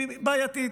היא בעייתית.